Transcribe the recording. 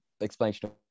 explanation